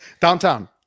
downtown